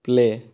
play